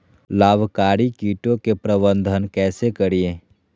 लाभकारी कीटों के प्रबंधन कैसे करीये?